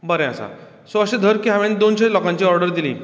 so अशें धर की हांवेन दोनशें लोकांची ऑर्डर दिली